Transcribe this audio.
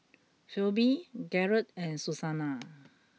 Phoebe Garrett and Susannah